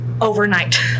overnight